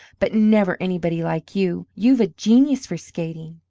but never anybody like you. you've a genius for skating.